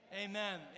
Amen